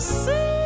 see